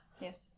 Yes